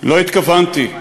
לא התכוונתי,